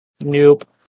nope